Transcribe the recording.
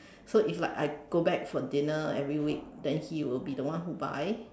so if like I go back for dinner every week then he will be the one who buy